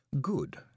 Good